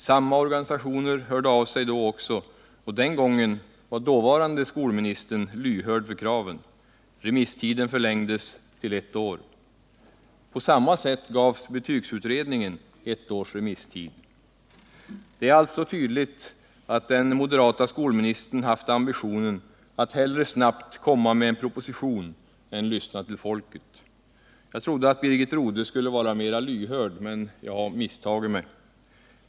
Samma organisationer hörde av sig då också, och den gången var dåvarande skolministern lyhörd för kraven: remisstiden förlängdes till ett år. På samma sätt gavs betygsutredningen ett års remisstid. Det är alltså tydligt att den moderata skolministern haft ambitionen att hellre snabbt komma med en proposition än lyssna till folket. Jag trodde att Birgit Rodhe skulle vara mera lyhörd, men jag har misstagit mig.